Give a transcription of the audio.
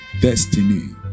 destiny